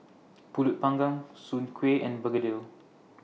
Pulut Panggang Soon Kuih and Begedil